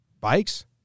Bikes